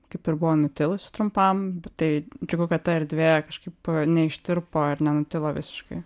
kaip ir buvo nutilusi trumpam bet tai džiugu kad ta erdvė kažkaip neištirpo ar nenutilo visiškai